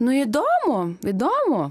nu įdomu įdomu